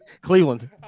cleveland